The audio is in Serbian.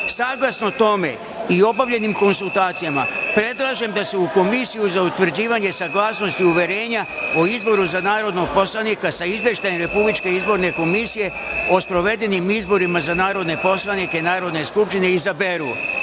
Srbije).Saglasno tome i obavljenim konsultacijama, predlažem da se u komisiju za utvrđivanje saglasnosti uverenja o izboru za narodnog poslanika sa Izveštajem Republičke izborne komisije o sprovedenim izborima za narodne poslanike Narodne skupštine izaberu: